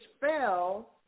fell